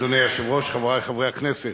אדוני היושב-ראש, חברי חברי הכנסת,